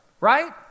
right